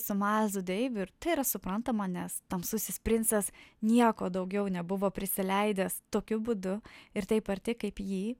su mailzu deiviu ir tai yra suprantama nes tamsusis princas nieko daugiau nebuvo prisileidęs tokiu būdu ir taip arti kaip jį